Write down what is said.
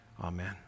amen